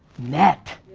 net.